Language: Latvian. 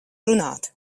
runāt